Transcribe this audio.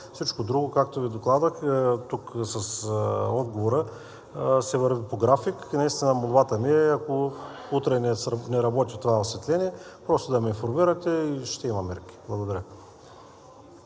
всичко друго, както Ви докладвах тук с отговора, се върви по график. Наистина молбата ми е, ако утре не работи това осветление, просто да ме информирате и ще има мерки. Благодаря.